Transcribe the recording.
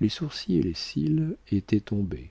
les sourcils et les cils étaient tombés